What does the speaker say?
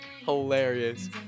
Hilarious